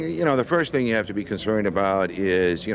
you know, the first thing you have to be concerned about is, you